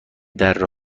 دره